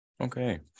Okay